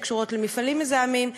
שקשורות למפעלים מזהמים,